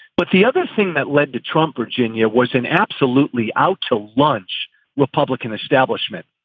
but the other thing that led to trump, virginia, was an absolutely out to lunch republican establishment.